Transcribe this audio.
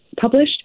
published